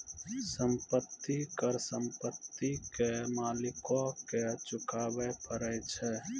संपत्ति कर संपत्ति के मालिको के चुकाबै परै छै